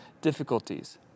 difficulties